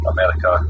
America